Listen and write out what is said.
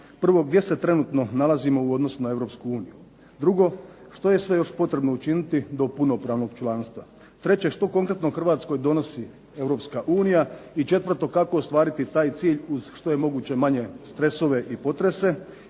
Prvo, gdje se trenutno nalazimo u odnosu na Europsku uniju? Drugo, što je sve potrebno učiniti do punopravnog članstva? Treće, što konkretno Hrvatskoj donosi Europska unija? I četvrto, kako ostvariti taj cilj uz što je moguće manje stresove i potrese